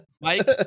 Mike